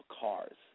cars